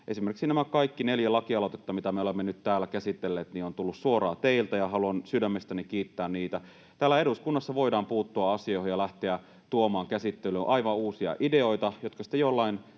Esimerkiksi nämä kaikki neljä lakialoitetta, mitä me olemme nyt täällä käsitelleet, ovat tulleet suoraan teiltä, ja haluan sydämestäni kiittää niistä. Täällä eduskunnassa voidaan puuttua asioihin ja lähteä tuomaan käsittelyyn aivan uusia ideoita, jotka sitten jollain